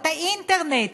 את האינטרנט,